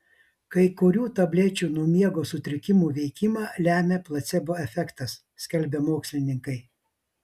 kai kurių tablečių nuo miego sutrikimų veikimą lemią placebo efektas skelbia mokslininkai